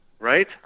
Right